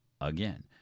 again